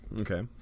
Okay